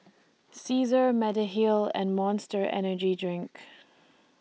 Cesar Mediheal and Monster Energy Drink